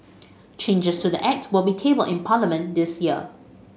changes to the Act will be tabled in Parliament this year